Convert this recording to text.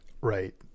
right